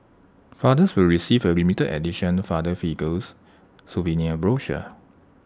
fathers will receive A limited edition father figures souvenir brochure